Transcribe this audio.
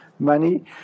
money